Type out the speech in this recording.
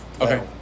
Okay